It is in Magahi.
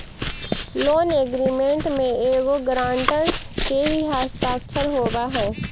लोन एग्रीमेंट में एगो गारंटर के भी हस्ताक्षर होवऽ हई